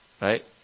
right